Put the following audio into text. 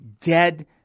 dead